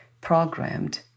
programmed